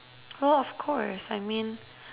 well of course I mean